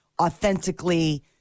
authentically